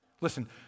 Listen